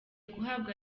guhabwa